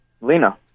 Lena